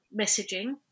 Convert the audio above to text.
messaging